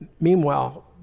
Meanwhile